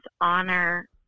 honor